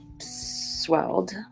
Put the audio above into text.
swelled